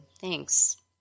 Thanks